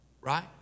right